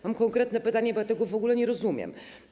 Mam konkretne pytanie, bo tego w ogóle nie rozumiem.